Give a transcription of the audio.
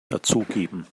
dazugeben